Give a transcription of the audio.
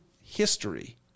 history